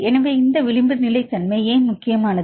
எனவே இந்த விளிம்பு நிலைத்தன்மை ஏன் முக்கியமானது